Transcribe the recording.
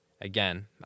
Again